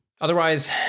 Otherwise